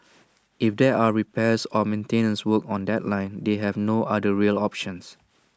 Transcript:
if there are repairs or maintenance work on that line they have no other rail options